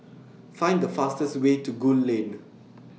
Find The fastest Way to Gul Lane